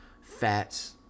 fats